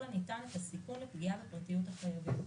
הניתן את הסיכון לפגיעה בפרטיות החייבים.